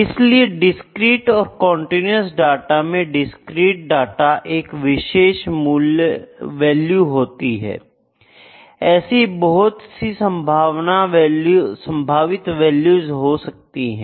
इसलिए डिस्क्रीट और continuous data में डिस्क्रीट डाटा एक विशेष वैल्यू होती है ऐसी बहुत सी संभावित वैल्यूज हो सकती हैं